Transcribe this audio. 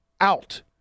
out